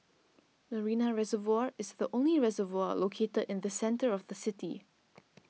Marina Reservoir is the only reservoir located in the centre of the city